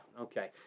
okay